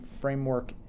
framework